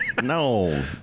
no